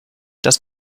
dass